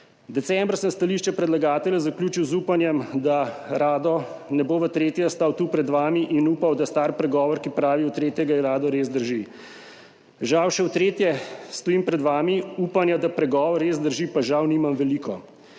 Decembra sem stališče predlagatelja zaključil z upanjem, da Rado ne bo v tretje stal tu pred vami in da star pregovor, ki pravi, v tretje gre rado, res drži. Žal še v tretje stojim pred vami, upanja, da pregovor res drži, pa žal nimam veliko.